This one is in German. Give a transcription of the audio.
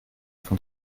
von